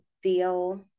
feel